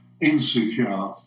insecure